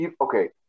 okay